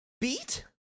beat